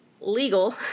legal